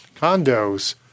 condos